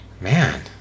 Man